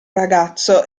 ragazzo